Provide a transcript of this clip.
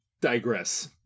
digress